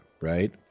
right